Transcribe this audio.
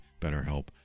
BetterHelp